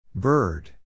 Bird